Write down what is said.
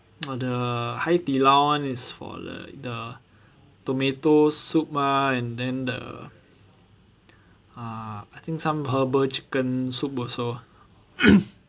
ah the Haidilao [one] is for like the tomato soup ah and then the ah I think some herbal chicken soup also